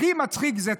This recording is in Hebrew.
הכי מצחיק זה,